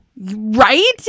Right